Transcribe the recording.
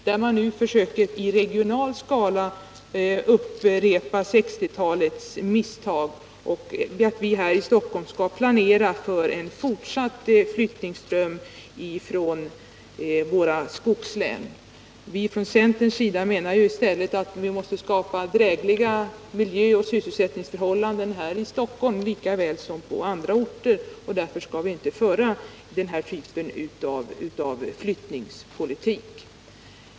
Där vill man nu i regional skala upprepa 1960-talets misstag och att vi här i Stockholm skall planera för en fortsatt flyttningsström från skogslänen. Från centerns sida menar vi i stället att det måste skapas drägliga miljöoch sysselsättningsförhållanden i Stockholm likaväl som på andra orter, och därför skall vi inte föra någon flyttningspolitik.